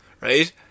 right